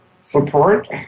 support